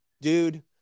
dude